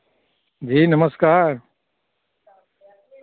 जी नमस्कार